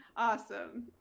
Awesome